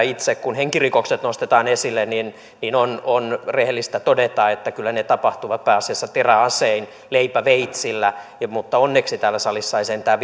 itse kun henkirikokset nostetaan esille niin niin on on rehellistä todeta että kyllä ne tapahtuvat pääasiassa teräasein leipäveitsillä mutta onneksi täällä salissa ei sentään